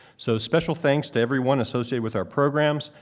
so special thanks to everyone associated with our programs.